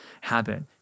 habit